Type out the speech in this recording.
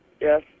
Yes